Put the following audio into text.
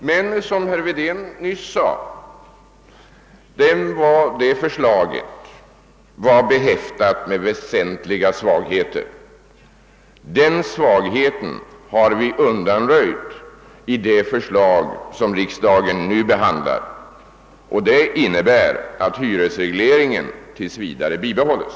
Men såsom herr Wedén nyss sade, var detta förslag behäftat med väsentliga svagheter. Den svagheten har vi dock undanröjt i det förslag riksdagen nu behandlar genom att hyresregleringen tills vidare bibehålles.